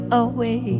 away